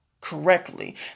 correctly